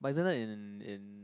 but isn't that in in